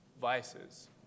vices